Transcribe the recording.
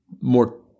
more